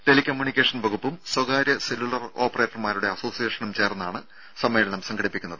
tele communication വകുപ്പും സ്വകാര്യ cellular ഓപ്പറേറ്റർമാരുടെ അസോസിയേഷനും ചേർന്നാണ് സമ്മേളനം സംഘടിപ്പിക്കുന്നത്